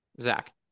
Zach